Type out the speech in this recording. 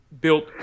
built